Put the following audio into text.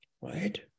right